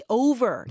over